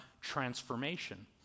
transformation